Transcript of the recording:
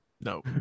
No